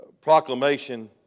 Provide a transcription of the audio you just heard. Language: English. proclamation